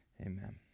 amen